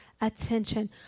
attention